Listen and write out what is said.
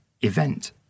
event